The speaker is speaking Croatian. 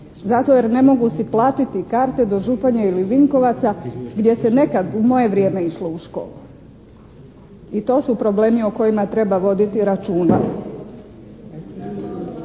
Zato jer ne mogu si platiti karte do Županje ili Vinkovaca gdje se nekad u moje vrijeme išlo u škole. I to su problemi o kojima treba voditi računa.